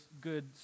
good